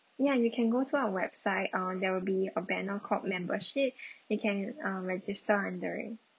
ya you can go to our website uh there will be a banner called membership you can uh register under it